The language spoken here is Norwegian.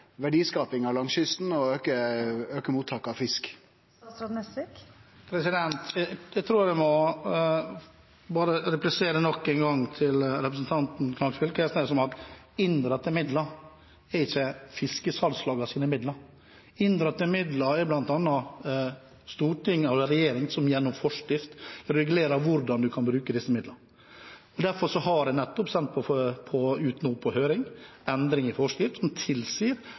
verdiskapinga langs kysten og aukar mottaket av fisk. Jeg tror jeg nok en gang må replisere til representanten Knag Fylkesnes at inndratte midler ikke er fiskesalgslagenes midler. Det er bl.a. Stortinget og regjeringen som gjennom forskrift regulerer hvordan man kan bruke inndratte midler. Derfor har jeg nettopp sendt ut på høring forslag til endring i forskrift som tilsier